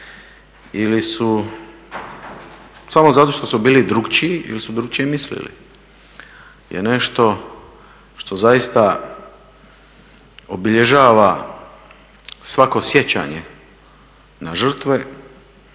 ili su samo zato što su bili drukčiji ili su drukčije mislili je nešto što zaista obilježava svako sjećanje na žrtve